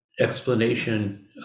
explanation